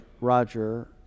Roger